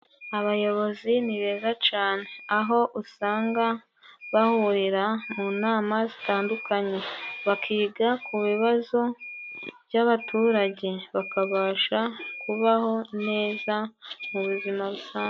Abayobozi ni beza cane aho usanga bahurira mu nama zitandukanye, bakiga ku bibazo by'abaturage bakabasha kubaho neza, mu buzima busanzwe.